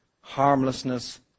harmlessness